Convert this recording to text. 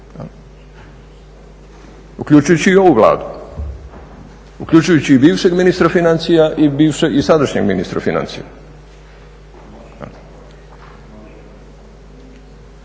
uključujući i ovu Vladu, uključujući i bivšeg ministra financija i sadašnjeg ministra financija.